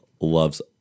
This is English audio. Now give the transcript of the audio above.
loves